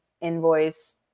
invoice